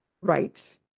rights